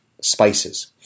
spices